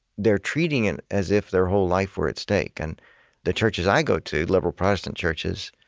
they're treating it as if their whole life were at stake. and the churches i go to, liberal protestant churches,